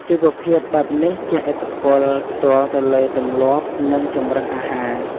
ជីវភាពបែបនេះជះឥទ្ធិពលផ្ទាល់ទៅលើទម្លាប់ និងជម្រើសអាហារ។